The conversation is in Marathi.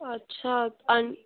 अच्छा आणि